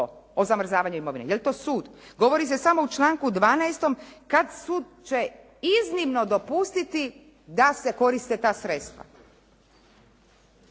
o zamrzavanju imovine. Je li to sud? Govori se samo u članku 12. kad sud će iznimno dopustiti da se koriste ta sredstva.